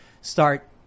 start